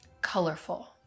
colorful